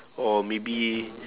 or maybe